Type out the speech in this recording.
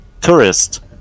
tourist